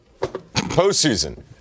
postseason